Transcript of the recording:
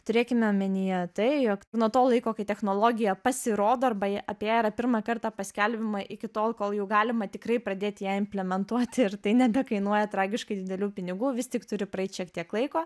turėkime omenyje tai jog nuo to laiko kai technologija pasirodo arba ją apie ją pirmą kartą paskelbiama iki tol kol jau galima tikrai pradėti ją implimentuoti ir tai nebekainuoja tragiškai didelių pinigų vis tik turi praeit šiek tiek laiko